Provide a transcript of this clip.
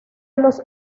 los